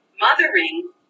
mothering